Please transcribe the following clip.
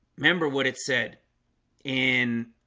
remember what it said in